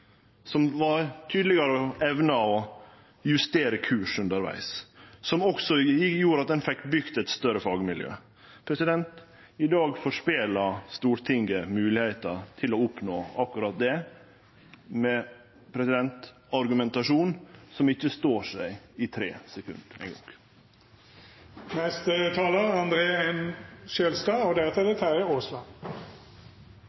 evna å justere kursen undervegs, noko som også gjorde at ein fekk bygd eit større fagmiljø. I dag spelar Stortinget vekk mogelegheita til å oppnå akkurat det, med ein argumentasjon som ikkje står seg i tre sekund eingong. Dette er